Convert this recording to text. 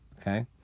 okay